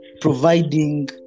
providing